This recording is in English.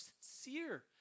sincere